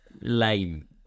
lame